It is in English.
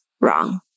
wrong